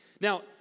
Now